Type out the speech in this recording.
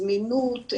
זמינות,